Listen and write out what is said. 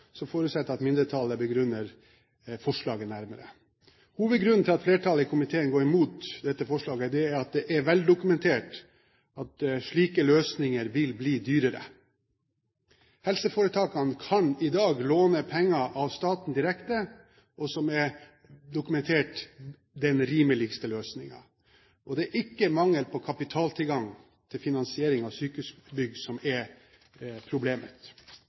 så forutsetter jeg at mindretallet begrunner forslaget nærmere. Hovedgrunnen til at flertallet i komiteen går mot dette forslaget, er at det er veldokumentert at slike løsninger vil bli dyrere. Helseforetakene kan i dag låne penger av staten direkte, som er dokumentert blir den rimeligste løsningen, og det er ikke mangel på kapitaltilgang til finansiering av sykehusbygg som er problemet.